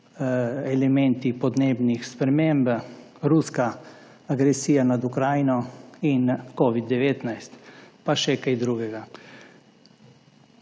elementi podnebnih sprememb, ruska agresija nad Ukrajino in Covid-19, pa še kaj drugega.